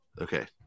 Okay